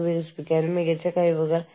എന്നാൽ പിന്നീട് അവർക്ക് ചെയ്യാം